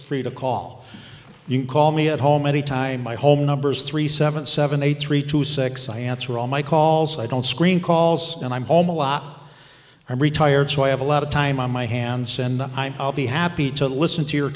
free to call you can call me at home any time my home number is three seven seven eight three two six i answer all my calls i don't screen calls and i'm retired so i have a lot of time on my hands and i'll be happy to listen to your